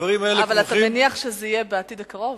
אתה מניח שזה יהיה בעתיד הקרוב?